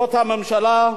זאת הממשלה,